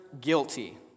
guilty